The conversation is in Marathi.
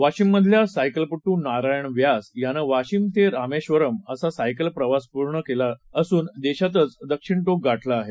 वाशीममधला सायकलपटू नारायण व्यास यानं वाशीम ते रामेश्वरम असा सायकल प्रवासपूर्ण करून देशातचं दक्षिण टोक गाठलं आहे